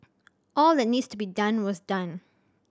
all that needs to be done was done